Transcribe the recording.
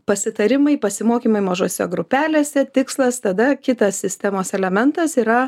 pasitarimai pasimokymai mažose grupelėse tikslas tada kitas sistemos elementas yra